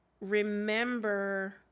remember